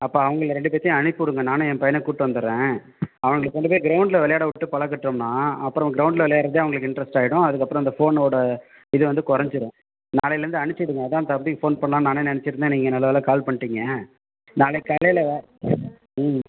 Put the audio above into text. அப்போ அவங்கள ரெண்டு பேற்றையும் அனுப்பி விடுங்க நானும் ஏன் பையனை கூட்டு வந்துடுறேன் அவனுங்களை கொண்டு போய் கிரௌண்டில் விளையாட விட்டு பழக்கிட்டோம்னா அப்புறம் கிரௌண்டில் விளையாட்றதே அவங்களுக்கு இன்ட்ரெஸ்ட் ஆகிடும் அதுக்கப்புறம் இந்த ஃபோனோடு இது வந்து குறஞ்சிரும் நாளையிலேருந்து அனுப்பிச்சிவிடுங்க அதான் தம்பிக்கு ஃபோன் பண்ணலான்னு நானே நினச்சிட்டுருந்தேன் நீங்கள் நல்ல வேளை கால் பண்ணிட்டீங்க நாளைக்கு காலையில் ம்